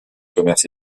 commerce